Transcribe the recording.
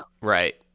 Right